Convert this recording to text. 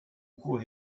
cours